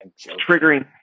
triggering